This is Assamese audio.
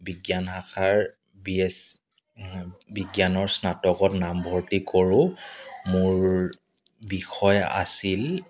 বিজ্ঞান শাখাৰ বি এছ বিজ্ঞানৰ স্নাতকত নামভৰ্তি কৰোঁ মোৰ বিষয় আছিল